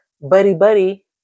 buddy-buddy